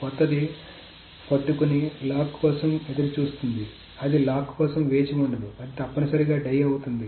కొత్తది కొత్తది పట్టుకుని లాక్ కోసం ఎదురు చూస్తుంది అది లాక్ కోసం వేచి ఉండదు అది తప్పనిసరిగా డై అవుతుంది